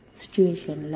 situation